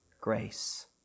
grace